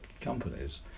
companies